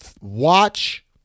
watch